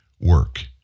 work